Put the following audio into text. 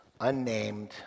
unnamed